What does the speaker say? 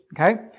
Okay